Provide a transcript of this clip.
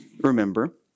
remember